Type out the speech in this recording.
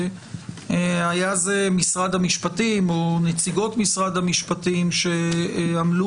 והיה זה משרד המשפטים או נציגות משרד המשפטים שעמלו